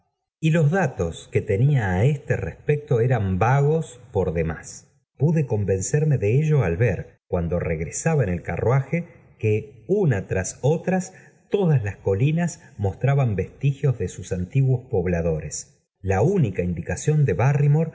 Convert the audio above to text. y los datos que tenía á este respecto eran vagos por demás pude convencerme de ello al ver cuando regresaba en el carruaje que unas tras otras todas las colinas mostraban vestigios de sus antiguos pobl adores la única indicación de